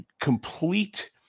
complete